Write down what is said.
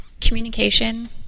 Communication